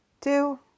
two